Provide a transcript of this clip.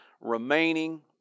remaining